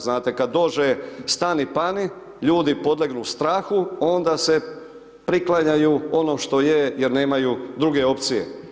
Znate kad dođe stani pani ljudi podlegnu strahu onda se priklanjaju onom što je jer nemaju druge opcije.